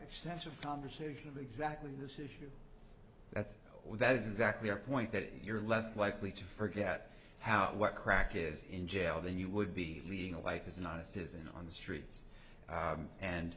extensive conversation of exactly this issue that's that is exactly our point that you're less likely to forget how what crack is in jail then you would be leading a life is not a citizen on the streets